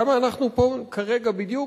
כמה אנחנו פה כרגע בדיוק?